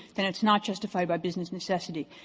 then it's not justified by business necessity.